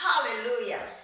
Hallelujah